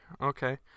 Okay